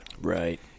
Right